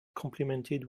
complimented